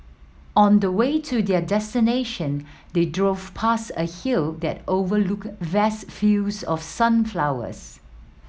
on the way to their destination they drove past a hill that overlooked vast fields of sunflowers